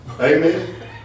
Amen